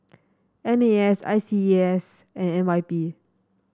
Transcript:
N A S I C E A S and N Y P